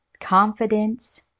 confidence